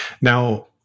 Now